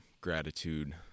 gratitude